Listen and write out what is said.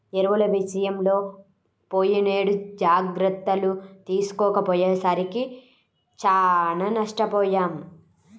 ఎరువుల విషయంలో పోయినేడు జాగర్తలు తీసుకోకపోయేసరికి చానా నష్టపొయ్యాం